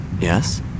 Yes